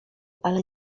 ale